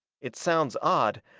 it sounds odd,